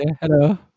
hello